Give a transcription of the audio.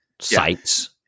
sites